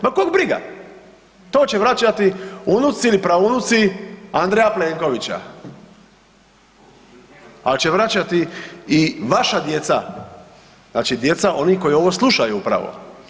No, kog briga, to će vraćati unuci ili praunuci Andreja Plenkovića, al će vraćati i vaša djeca znači djeca onih koji ovo slušaju upravo.